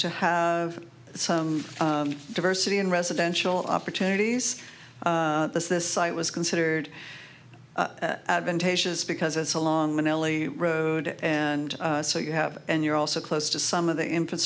to have some diversity in residential opportunities as this site was considered advantageous because it's a long minelli road and so you have and you're also close to some of the in